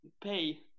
pay